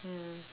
mm